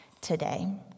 today